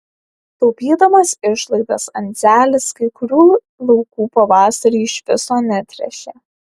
taupydamas išlaidas andzelis kai kurių laukų pavasarį iš viso netręšė